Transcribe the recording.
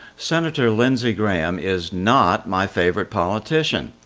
senator lindsey graham is not my favorite politician.